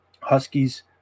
Huskies